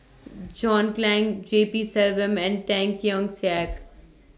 John Clang G P Selvam and Tan Keong Saik